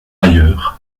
ailleurs